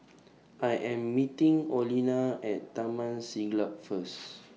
I Am meeting Olena At Taman Siglap First